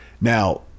Now